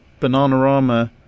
Bananarama